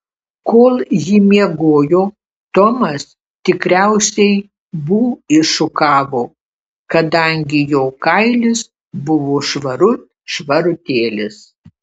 kol ji miegojo tomas tikriausiai bū iššukavo kadangi jo kailis buvo švarut švarutėlis